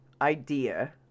idea